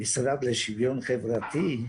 למשרד לשוויון חברתי,